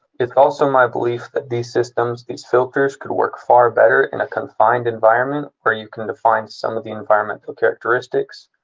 it's also my belief that these systems, these filters, could work far better in a confined environment, where you can define some of the environmental characteristics.